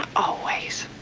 always.